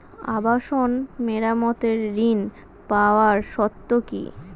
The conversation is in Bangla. আবাসন মেরামতের ঋণ পাওয়ার শর্ত কি?